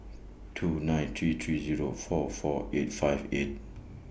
two nine three three Zero four four eight five eight